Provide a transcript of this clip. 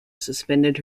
suspended